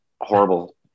horrible